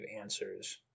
answers